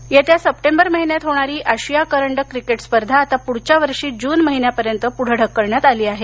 cricket येत्या September महिन्यात होणारी आशिया करंडक क्रिकेट स्पर्धा आता पुढच्या वर्षी जून महिन्यापर्यंत पुढं ढकलण्यात आली आहे